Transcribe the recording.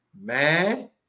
man